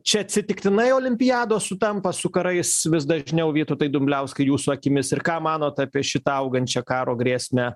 čia atsitiktinai olimpiados sutampa su karais vis dažniau vytautai dumbliauskai jūsų akimis ir ką manot apie šitą augančią karo grėsmę